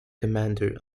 commander